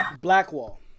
Blackwall